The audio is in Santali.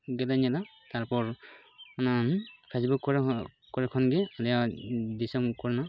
ᱜᱮᱞᱮ ᱧᱮᱞᱟ ᱛᱟᱨᱯᱚᱨ ᱚᱱᱟ ᱯᱷᱮᱥᱵᱩᱠ ᱠᱚᱨᱮ ᱦᱚᱸ ᱠᱚᱨᱮ ᱠᱷᱚᱱᱜᱮ ᱟᱞᱮᱭᱟᱜ ᱫᱤᱥᱚᱢ ᱠᱚᱨᱮ ᱦᱚᱸ